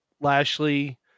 Lashley